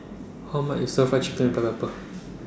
How much IS Stir Fried Chicken with Black Pepper